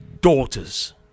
daughters